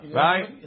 right